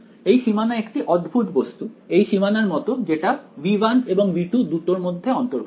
এই সীমানা একটি অদ্ভুত বস্তু এই সীমানার মতো যেটা V1 এবং V2 দুটোর মধ্যে অন্তর্ভুক্ত